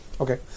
Okay